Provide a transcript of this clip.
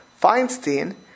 Feinstein